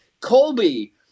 Colby